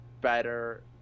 better –